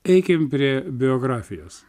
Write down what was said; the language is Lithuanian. eikim prie biografijos